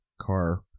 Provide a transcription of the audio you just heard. car